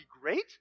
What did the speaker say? great